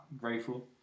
grateful